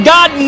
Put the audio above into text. God